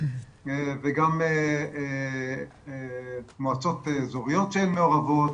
וגם מועצות אזוריות שהן מעורבות,